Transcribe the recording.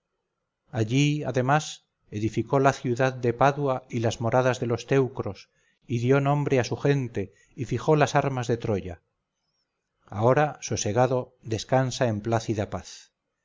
allí además edificó la ciudad de padua y las moradas de los teucros y dio nombre a su gente y fijó las armas de troya ahora sosegado descansa en plácida paz